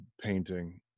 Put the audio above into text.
painting